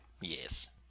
Yes